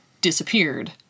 disappeared